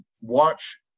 watch